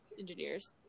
engineers